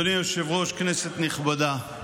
אדוני היושב-ראש, כנסת נכבדה,